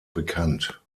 bekannt